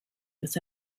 this